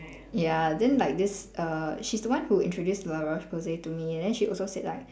ya then like this err she's the one who introduce la roche posay to me then she also said like